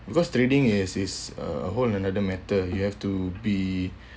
because trading is is a whole another matter you have to be